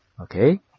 Okay